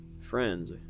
friends